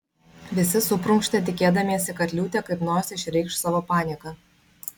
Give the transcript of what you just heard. visi suprunkštė tikėdamiesi kad liūtė kaip nors išreikš savo panieką